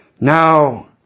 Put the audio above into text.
now